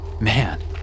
Man